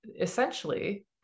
essentially